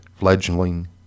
Fledgling